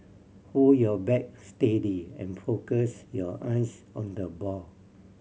hold your bat steady and focus your eyes on the ball